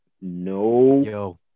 No